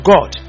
God